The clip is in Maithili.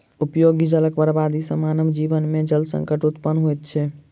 उपयोगी जलक बर्बादी सॅ मानव जीवन मे जल संकट उत्पन्न होइत छै